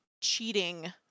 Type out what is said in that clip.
cheating